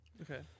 Okay